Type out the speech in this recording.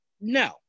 No